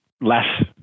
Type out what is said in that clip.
less